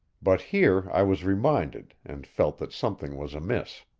but here i was reminded, and felt that something was amiss.